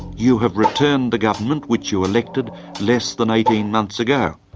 you have returned the government which you elected less than eighteen months ago.